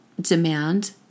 demand